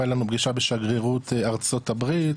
הייתה לנו פגישה בשגרירות ארצות הברית,